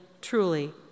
Truly